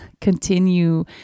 continue